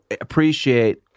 appreciate